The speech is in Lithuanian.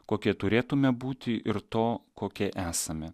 kokie turėtume būti ir to kokie esame